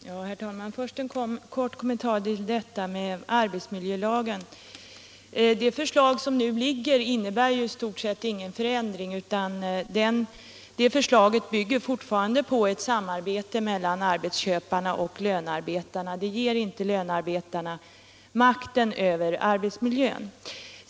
Herr talman! Först en kort kommentar till detta med arbetsmiljölagen. Det förslag som nu ligger innebär i stort sett ingen förändring. Förslaget bygger fortfarande på ett samarbete mellan arbetsköparna och löntagarna, och det ger inte löntagarna makten över arbetsmiljön.